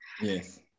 Yes